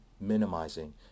minimizing